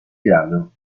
grado